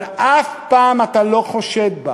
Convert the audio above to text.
אבל אתה אף פעם לא חושד בה